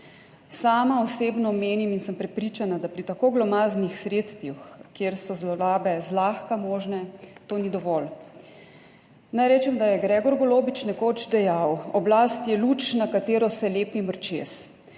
Sama osebno menim in sem prepričana, da pri tako glomaznih sredstvih, kjer so zlorabe zlahka možne, to ni dovolj. Naj rečem, da je Gregor Golobič nekoč dejal: »Oblast je luč, na katero se lepi mrčes,